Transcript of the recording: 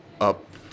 up